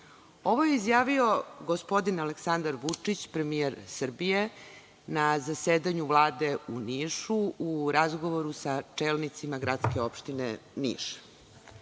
Ovo je izjavio gospodin Aleksandar Vučić, premijer Srbije na zasedanju Vlade u Nišu u razgovoru sa čelnicima gradske opštine